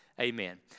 amen